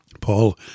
Paul